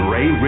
Ray